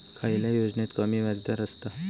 खयल्या योजनेत कमी व्याजदर असता?